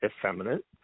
effeminate